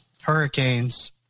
hurricanes